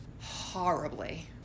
horribly